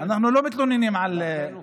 אנחנו לא מתלוננים על, לכן הופסקה.